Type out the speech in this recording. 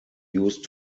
use